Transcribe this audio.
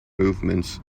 movements